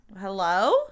Hello